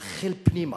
תחלחל פנימה,